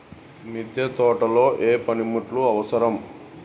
మిద్దె తోటలో ఏ పనిముట్లు అవసరం?